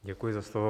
Děkuji za slovo.